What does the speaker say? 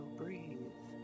breathe